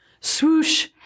swoosh